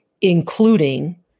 including